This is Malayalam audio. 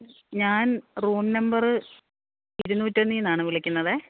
ഞാൻ റൂം നമ്പറ് ഇരുന്നൂറ്റൊന്നിൽ നിന്നാണേ വിളിക്കുന്നതേ